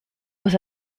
was